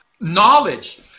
knowledge